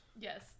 Yes